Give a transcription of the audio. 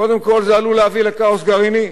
קודם כול זה עלול להביא לכאוס גרעיני.